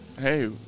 hey